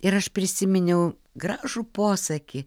ir aš prisiminiau gražų posakį